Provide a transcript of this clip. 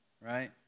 right